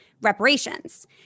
reparations